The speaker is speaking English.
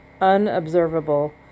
unobservable